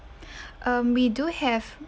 um we do have